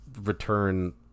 return